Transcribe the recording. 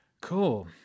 Cool